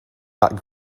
not